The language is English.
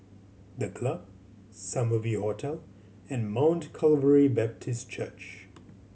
The Club Summer View Hotel and Mount Calvary Baptist Church